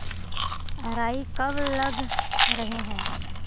राई कब लग रहे है?